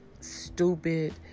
stupid